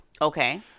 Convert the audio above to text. Okay